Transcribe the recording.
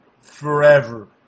Forever